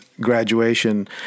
graduation